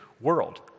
world